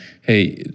hey